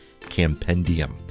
campendium